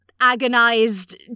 agonized